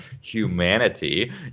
humanity